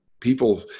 People